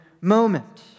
moment